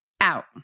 out